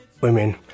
women